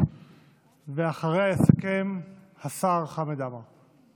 אחריה יסכם השר חמד עמאר.